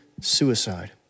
suicide